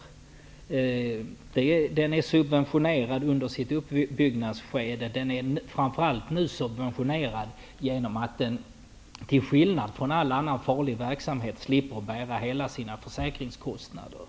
Kärnkraften har varit subventionerad under sitt uppbyggnadsskede, och den är framför allt subventionerad genom att den till skillnad från all annan farlig verksamhet slipper bära hela sina försäkringskostnader.